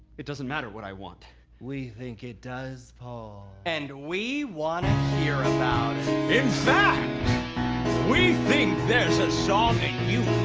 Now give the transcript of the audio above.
it doesn't matter what i want we think it does, paul and we wanna hear about it in fact, we think there's a song in you